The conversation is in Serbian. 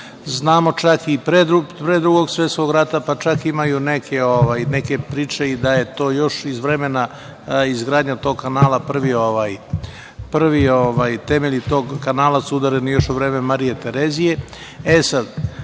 Znamo čak i pre Drugog svetskog rata, pa čak imaju neke priče da je to još iz vremena, izgradnja tog kanala, prvi temelji tog kanala su udareni još u vreme Marije Terezije. Nigde